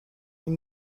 این